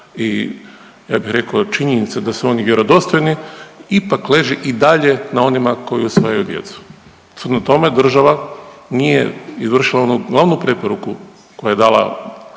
i, ja bih rekao, činjenice da su oni vjerodostojni, ipak leži i dalje na onima koji usvajaju djecu. Shodno tome, država nije izvršila onu glavnu preporuku koju je dala